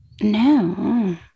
no